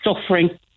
suffering